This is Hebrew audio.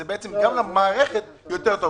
בעצם גם למערכת זה טוב יותר.